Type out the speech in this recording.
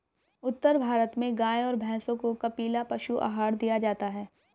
उत्तर भारत में गाय और भैंसों को कपिला पशु आहार दिया जाता है